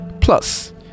Plus